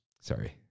Sorry